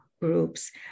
groups